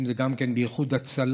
אם זה גם כן באיחוד הצלה,